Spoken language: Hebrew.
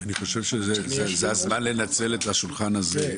אני חושב שזה הזמן לנצל את השולחן הזה,